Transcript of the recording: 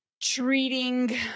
treating